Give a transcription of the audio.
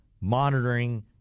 monitoring